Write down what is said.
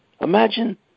imagine